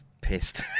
pissed